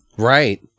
Right